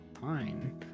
fine